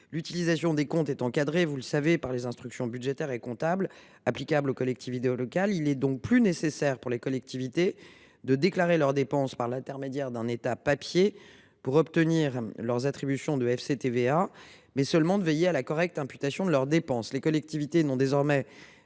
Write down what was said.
L’utilisation des comptes est encadrée par les instructions budgétaires et comptables applicables aux collectivités locales. Il n’est donc plus nécessaire que celles ci déclarent leurs dépenses par l’intermédiaire d’un état papier pour obtenir leurs attributions de FCTVA : elles doivent seulement veiller à la correcte imputation de leurs dépenses. Les collectivités locales n’ont désormais